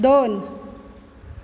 दोन